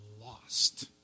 lost